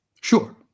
Sure